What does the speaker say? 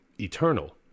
eternal